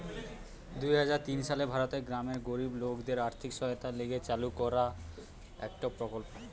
দুই হাজার তিন সালে ভারতের গ্রামের গরিব লোকদের আর্থিক সহায়তার লিগে চালু কইরা একটো প্রকল্প